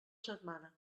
setmana